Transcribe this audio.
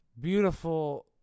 Beautiful